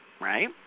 right